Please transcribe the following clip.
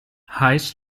heiß